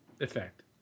effect